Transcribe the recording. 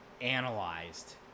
analyzed